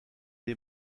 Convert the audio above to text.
est